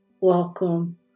welcome